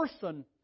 person